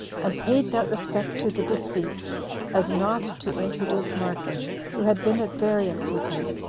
and paid that respect to the deceased as not to introduce marcus, who had been at variance with him,